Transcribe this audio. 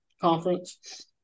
conference